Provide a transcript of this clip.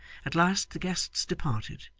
at last the guests departed,